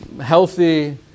healthy